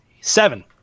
seven